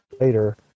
later